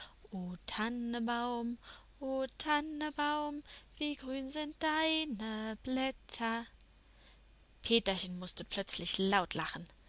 tannebaum o tannebaum wie grün sind deine blätter peterchen mußte plötzlich laut lachen